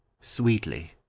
sweetly